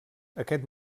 aquest